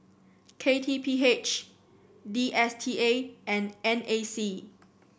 K T P H D S T A and N A C